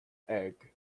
egg